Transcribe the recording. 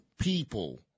people